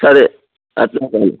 సరే అట్లే కానీ